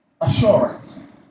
assurance